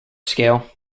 scale